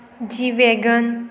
जी वेगन